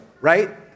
right